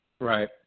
Right